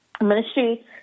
ministry